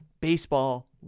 baseball